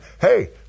Hey